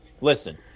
listen